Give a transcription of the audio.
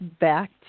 back